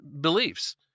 beliefs